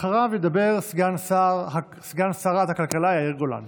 אחריו ידבר סגן שרת הכלכלה יאיר גולן.